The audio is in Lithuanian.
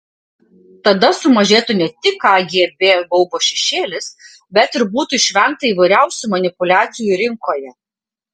tada sumažėtų ne tik kgb baubo šešėlis bet ir būtų išvengta įvairiausių manipuliacijų rinkoje